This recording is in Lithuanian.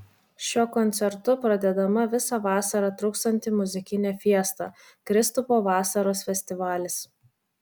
šiuo koncertu pradedama visą vasarą truksianti muzikinė fiesta kristupo vasaros festivalis